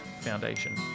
Foundation